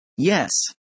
Yes